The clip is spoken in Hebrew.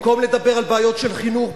במקום לדבר על בעיות של חינוך,